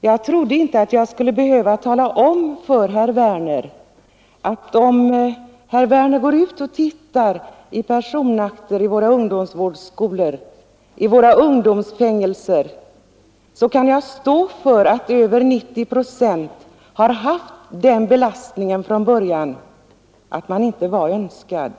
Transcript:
Jag trodde inte att jag skulle behöva tala om för herr Werner i Malmö att om herr Werner går ut och tittar i personakter vid våra ungdomsvårdsskolor och vid våra ungdomsfängelser, kan jag stå för att herr Werner finner att över 90 procent har haft den belastningen från början att inte vara önskade.